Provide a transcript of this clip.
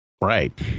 Right